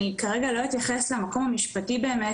אני כרגע א אתייחס למקום המשפטי באמת